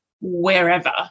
wherever